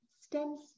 stems